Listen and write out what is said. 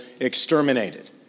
exterminated